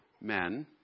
men